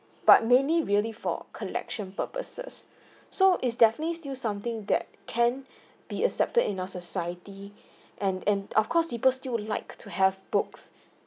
but mainly really for collection purposes so is definitely still something that can be accepted in our society and and of course people still like to have books